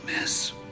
miss